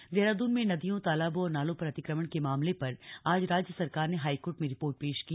अतिक्रमण देहरादून में नदियों तालाबों और नालों पर अतिक्रमण के मामले पर आज राज्य सरकार ने हाईकोर्ट में रिपोर्ट पेश की